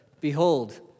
Behold